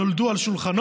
נולד על שולחנו,